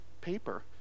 paper